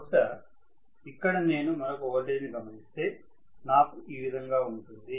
బహుశా ఇక్కడ నేను మరొక ఓల్టేజ్ ని గమనిస్తే నాకు ఈ విధంగా ఉంటుంది